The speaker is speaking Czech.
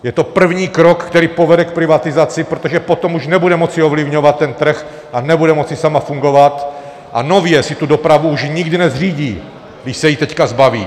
Je to první krok, který povede k privatizaci, protože potom už nebude moci ovlivňovat trh, nebude moci sama fungovat a nově si tu dopravu už nikdy nezřídí, když se jí teď zbaví.